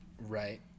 right